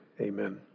Amen